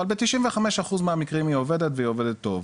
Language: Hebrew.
אבל ב- 95% מהמקרים היא עובדת והיא עובדת טוב.